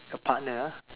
a partner ah